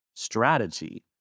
strategy